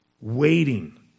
waiting